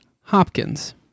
Hopkins